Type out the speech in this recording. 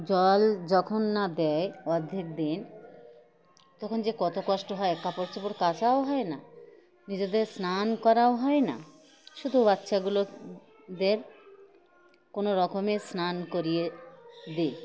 জল যখন না দেয় অর্ধেক দিন তখন যে কত কষ্ট হয় কাপড় চোপড় কাচাও হয় না নিজেদের স্নান করাও হয় না শুধু বাচ্চাগুলোদের কোনো রকমের স্নান করিয়ে দিই